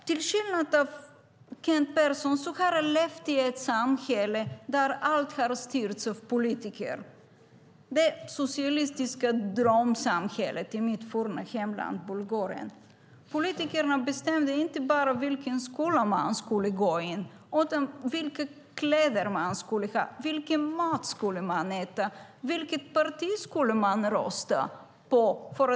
Till skillnad från Kent Persson har jag levt i ett samhälle där allt styrdes av politiker, nämligen det socialistiska drömsamhället i Bulgarien, mitt forna hemland. Politikerna bestämde inte bara vilken skola man skulle gå i, utan även vilka kläder man skulle ha, vilken mat man skulle äta och vilket parti man skulle rösta på.